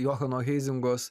johano heizingos